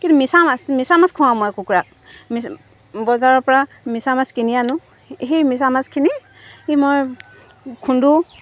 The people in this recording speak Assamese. কিন্তু মিছা মাছ মিছা মাছ খুৱাওঁ মই কুকুৰাক বজাৰৰ পৰা মিছা মাছ কিনি আনো সেই মিছা মাছখিনি ই মই খুন্দো